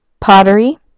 pottery